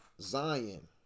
Zion